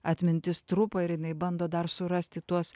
atmintis trupa ir jinai bando dar surasti tuos